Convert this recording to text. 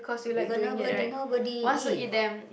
because nobody nobody eat